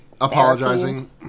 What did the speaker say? Apologizing